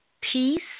peace